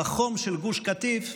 בחום של גוש קטיף,